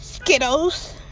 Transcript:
Skittles